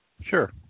Sure